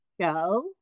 show